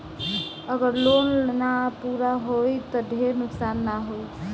अगर लोन ना पूरा होई त ढेर नुकसान ना होई